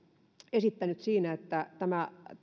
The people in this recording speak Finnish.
esittänyt siinä että tämä